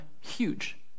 huge